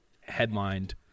headlined